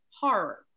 horror